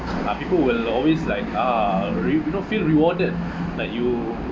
ah people will always like uh rea~ you know feel rewarded like you